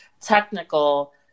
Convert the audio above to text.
technical